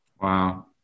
wow